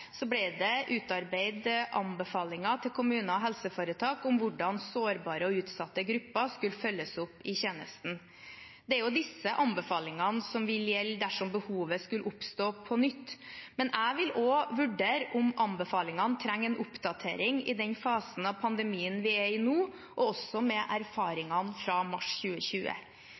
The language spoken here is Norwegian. det utarbeidet anbefalinger til kommuner og helseforetak om hvordan sårbare og utsatte grupper skulle følges opp i tjenesten. Det er disse anbefalingene som vil gjelde dersom behovet skulle oppstå på nytt, men jeg vil også vurdere om anbefalingene trenger en oppdatering i den fasen av pandemien vi er i nå, og også med erfaringene fra mars 2020.